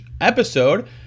episode